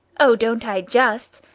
oh, don't i just!